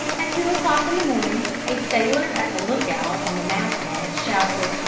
at two o'clock in the morning a sailor at the look out on the mast head shouted,